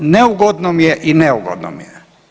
Neugodno mi je i neugodno mi je.